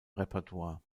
repertoire